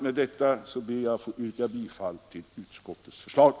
Med det anförda ber jag att få yrka bifall till utskottets hemställan.